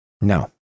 no